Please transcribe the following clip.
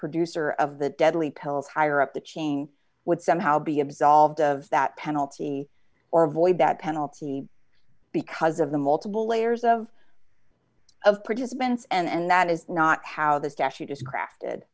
producer of the deadly pills higher up the chain would somehow be absolved of that penalty or avoid that penalty because of the multiple layers of of participants and that is not how the statute is crafted